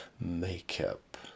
makeup